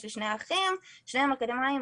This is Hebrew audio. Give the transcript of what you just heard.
יש לי שני אחים שהם אקדמאיים,